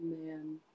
man